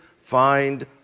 find